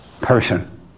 person